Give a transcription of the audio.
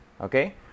Okay